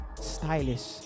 stylish